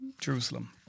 Jerusalem